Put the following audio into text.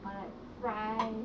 or like fries